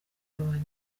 kugabanya